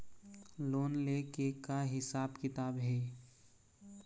Loan ले के का हिसाब किताब हे?